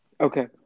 Okay